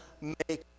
make